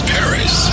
Paris